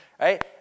right